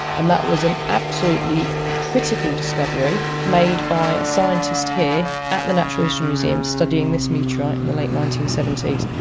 and that was an absolutely critical discovery made by a scientist here at the natural history museum studying this meteorite in the late nineteen seventy s,